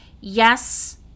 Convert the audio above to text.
yes